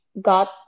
got